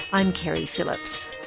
i'm keri phillips.